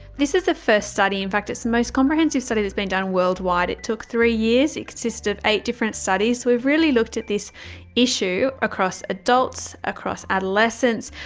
this is the first study, in fact it's the most comprehensive study that's been done worldwide. it took three years. it consisted of eight different studies. we've really looked at this issue across adults, across adolescents,